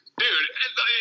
dude